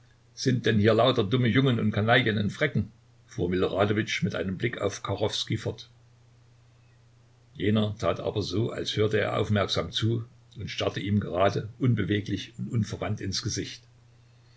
sind denn hier lauter dumme jungen und kanaillen in fräcken fuhr miloradowitsch mit einem blick auf kachowskij fort jener tat aber so als hörte er aufmerksam zu und starrte ihm gerade unbeweglich und unverwandt ins gesicht